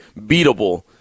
beatable